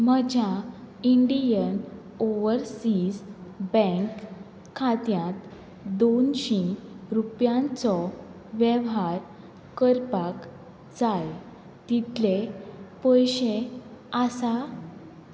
म्हज्या Indian Overseas Bank खात्यांत दोनशी रुपयांचो वेव्हार करपाक जाय तितले पयशे आसा